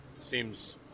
seems